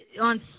on